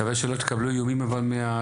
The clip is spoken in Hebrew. נקווה שלא תקבלו איומים מהחברות.